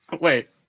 Wait